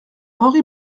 henry